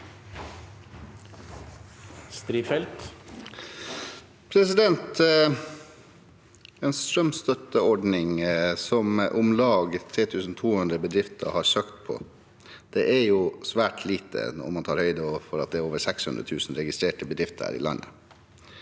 En strømstøt- teordning som om lag 3 200 bedrifter har søkt på er svært lite når man tar høyde for at det er over 600 000 registrerte bedrifter her i landet.